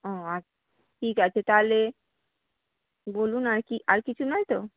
ও আচ্ছা ঠিক আছে তাহলে বলুন আর কী আর কিছু নয় তো